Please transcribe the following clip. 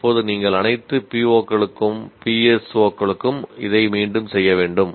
இப்போது நீங்கள் அனைத்து PO களுக்கும் PSO களுக்கும் இதை மீண்டும் செய்ய வேண்டும்